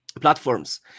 platforms